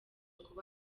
kuba